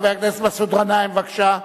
חבר הכנסת מסעוד גנאים, בבקשה.